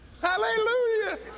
Hallelujah